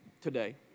today